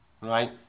right